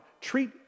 Treat